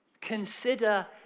Consider